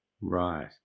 Right